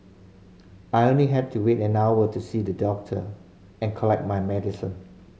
I only had to wait an hour to see the doctor and collect my medicine